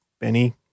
Benny